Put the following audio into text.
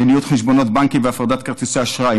לניוד חשבונות בנקים והפרדת כרטיסי אשראי,